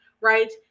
right